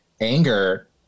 anger